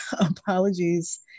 apologies